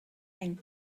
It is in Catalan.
any